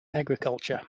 agriculture